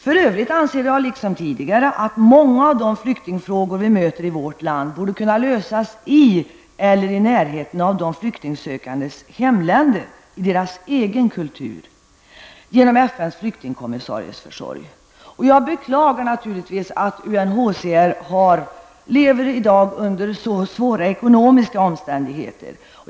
För övrigt anser jag liksom tidigare att många av de flyktingfrågor som vi möter i vårt land borde lösas i eller i närheten av flyktingarnas hemländer, i deras egen kultur, genom FNs flyktingkommissariats försorg. Jag beklagar naturligtvis att UNHCR i dag lever under så svåra ekonomiska omständigheter.